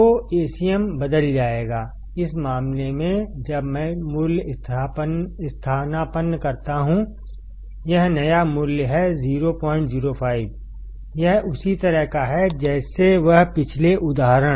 तो Acm बदल जाएगाइस मामले में जब मैं मूल्य स्थानापन्न करता हूंयह नया मूल्य है005 यह उसी तरह का है जैसे वह पिछले उदाहरण